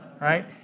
right